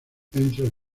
entre